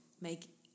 make